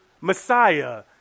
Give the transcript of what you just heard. Messiah